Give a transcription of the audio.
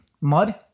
Mud